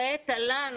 ראה תל"ן,